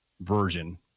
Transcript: version